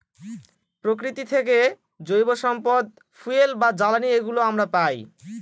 প্রকৃতি থেকে জৈব সম্পদ ফুয়েল বা জ্বালানি এগুলো আমরা পায়